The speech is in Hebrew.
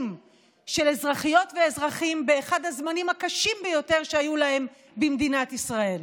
של אזרחיות ואזרחים באחד הזמנים הקשים ביותר שהיו להם במדינת ישראל.